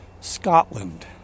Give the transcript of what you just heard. Scotland